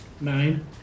Nine